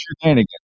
shenanigans